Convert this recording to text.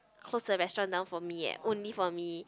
close the restaurant down for me eh only for me